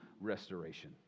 restoration